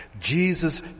Jesus